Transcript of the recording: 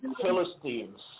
Philistines